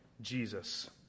Jesus